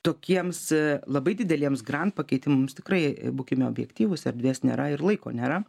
tokiems labai dideliems grand pakeitimams tikrai būkime objektyvūs erdvės nėra ir laiko nėra